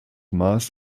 maß